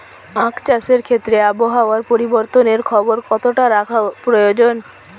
আখ চাষের ক্ষেত্রে আবহাওয়ার পরিবর্তনের খবর কতটা রাখা প্রয়োজন?